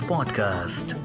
Podcast